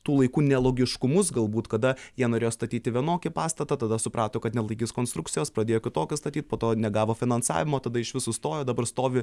tų laikų nelogiškumus galbūt kada jie norėjo statyti vienokį pastatą tada suprato kad nelaikys konstrukcijos pradėjo kitokį statyt po to negavo finansavimo tada išvis sustojo dabar stovi